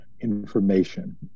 information